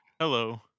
Hello